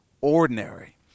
ordinary